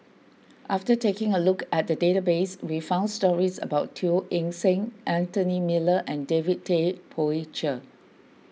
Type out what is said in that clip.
after taking a look at the database we found stories about Teo Eng Seng Anthony Miller and David Tay Poey Cher